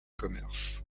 commerce